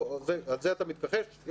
על זה אתה מתכחש?